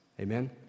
Amen